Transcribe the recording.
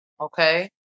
okay